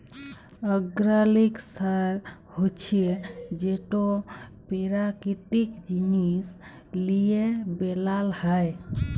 organic সার হছে যেট পেরাকিতিক জিনিস লিঁয়ে বেলাল হ্যয়